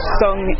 song